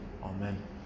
Amen